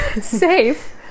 safe